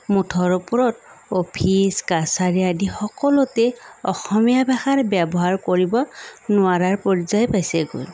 মুঠৰ ওপৰত অফিচ কাছাৰী আদি সকলোতে অসমীয়া ভাষাৰ ব্যৱহাৰ কৰিব নোৱাৰাৰ পৰ্য্যায় পাইছেগৈ